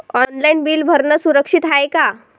Online bill भरनं सुरक्षित हाय का?